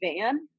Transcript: van